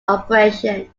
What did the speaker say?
oppression